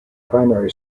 primary